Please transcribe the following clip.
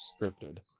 scripted